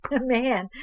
Man